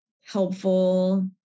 helpful